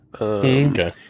Okay